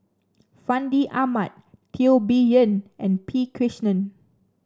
Fandi Ahmad Teo Bee Yen and P Krishnan